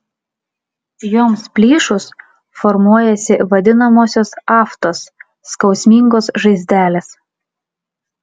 joms plyšus formuojasi vadinamosios aftos skausmingos žaizdelės